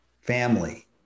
family